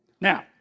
Now